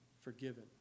forgiven